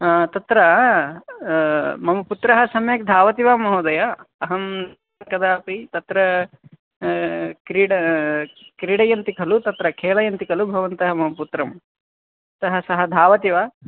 तत्र मम पुत्रः सम्यक् धावति वा महोदय अहं कदापि तत्र क्रीड क्रीडयन्ति खलु तत्र खेलयन्ति खलु भवन्तः मम पुत्रं अतः सः धावति वा